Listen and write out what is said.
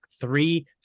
Three